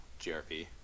grp